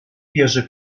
bierze